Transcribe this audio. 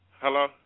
Hello